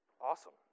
awesome